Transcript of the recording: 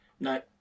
No